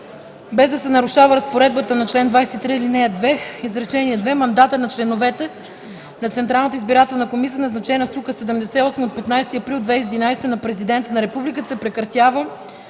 Без да се нарушава разпоредбата на чл. 23, ал. 2, изречение 2, мандатът на членовете на Централната избирателна комисия, назначена с Указ № 78 от 15 април 2011 г. на Президента на Републиката, се прекратява